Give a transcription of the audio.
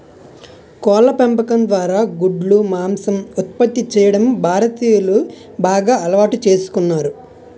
కోళ్ళ పెంపకం ద్వారా గుడ్లు, మాంసం ఉత్పత్తి చేయడం భారతీయులు బాగా అలవాటు చేసుకున్నారు